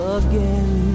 again